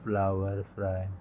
flower fry